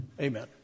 Amen